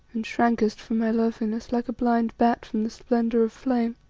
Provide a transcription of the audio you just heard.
and shrankest from my loveliness like a blind bat from the splendour of flame,